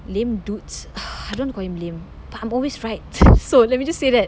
lame dudes I don't want to call him lame but I'm always right so let me just say that